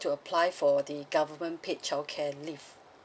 to apply for the government paid childcare leave